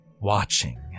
watching